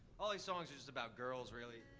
all these songs are just about girls, really.